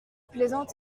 plaisante